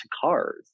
cars